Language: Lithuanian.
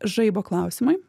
žaibo klausimai